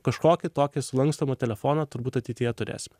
kažkokį tokį sulankstomą telefoną turbūt ateityje turėsime